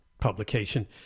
publication